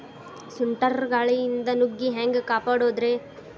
ಸುಂಟರ್ ಗಾಳಿಯಿಂದ ನುಗ್ಗಿ ಹ್ಯಾಂಗ ಕಾಪಡೊದ್ರೇ?